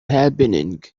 happening